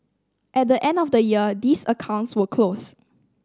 at the end of the year these accounts will close